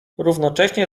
równocześnie